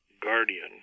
guardian